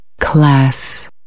Class